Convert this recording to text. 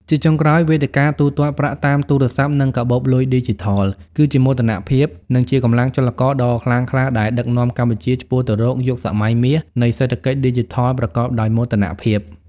ជាចុងក្រោយ វេទិកាទូទាត់ប្រាក់តាមទូរស័ព្ទ និងកាបូបលុយឌីជីថល គឺជាមោទនភាព និងជាកម្លាំងចលករដ៏ខ្លាំងក្លាដែលដឹកនាំកម្ពុជាឆ្ពោះទៅរកយុគសម័យមាសនៃសេដ្ឋកិច្ចឌីជីថលប្រកបដោយមោទនភាព។